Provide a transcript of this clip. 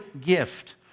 gift